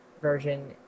version